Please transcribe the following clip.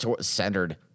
centered